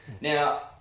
Now